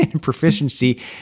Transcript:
proficiency